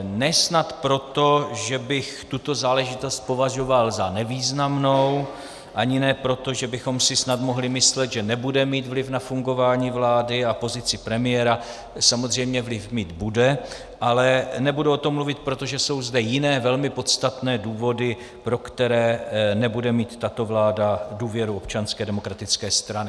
Ne snad proto, že bych tuto záležitost považoval za nevýznamnou, ani ne proto, že bychom si snad mohli myslet, že nebude mít vliv na fungování vlády a pozici premiéra, samozřejmě vliv mít bude, ale nebudu o tom mluvit, protože jsou zde jiné velmi podstatné důvody, pro které nebude mít tato vláda důvěru Občanské demokratické strany.